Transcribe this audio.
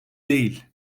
değil